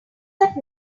that